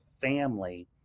family